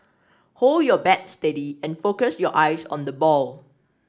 hold your bat steady and focus your eyes on the ball